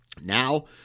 Now